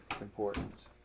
Importance